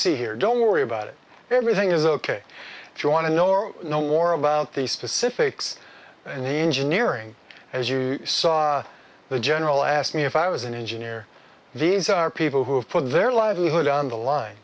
see here don't worry about it everything is ok jaunt to know or know more about the specifics and engineering as you saw the general asked me if i was an engineer these are people who have put their livelihood on the line